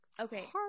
okay